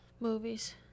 Movies